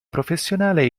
professionale